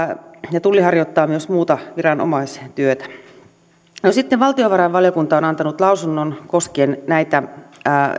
tulli harjoittaa myös muuta viranomaistyötä sitten valtiovarainvaliokunta on antanut lausunnon koskien näitä